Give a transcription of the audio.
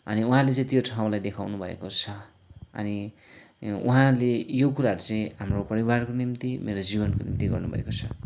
अनि उहाँले चाहिँ त्यो ठाउँलाई देखाउनु भएको छ अनि उहाँले यो कुराहरू चाहिँ हाम्रो परिवारको निम्ति मेरो जिवनको निम्ति गर्नु भएको छ